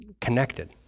connected